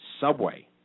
subway